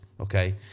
Okay